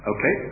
Okay